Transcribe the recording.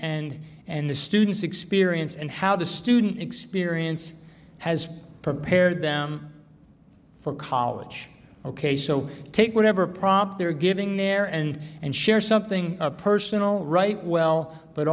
and and the students experience and how the student experience has prepared them for college ok so take whatever prompt they're giving their end and share something personal right well but